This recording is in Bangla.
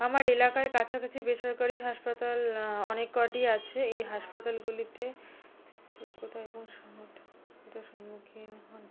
আমার এলাকায় কাছাকাছি বেসরকারি হাসপাতাল অনেক কটি আছে এই হাসপাতালগুলিতে যোগ্যতা এবং সম্মুখীন হন